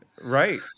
Right